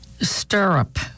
stirrup